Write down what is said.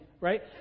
right